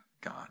God